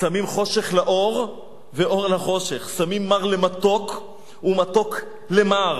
שמים חשך לאור ואור לחשך שמים מר למתוק ומתוק למר.